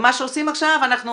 ומה שעושים עכשיו, אנחנו